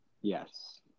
Yes